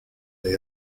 they